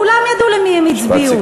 כולם ידעו למי הם הצביעו.